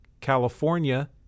California